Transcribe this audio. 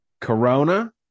Corona